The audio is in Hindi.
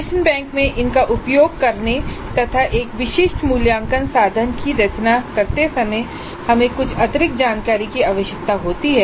प्रश्न बैंक में इनका उपयोग करने तथा एक विशिष्ट मूल्यांकन साधन की रचना करते समय हमें कुछ अतिरिक्त जानकारी की आवश्यकता होती है